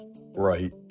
right